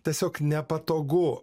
tiesiog nepatogu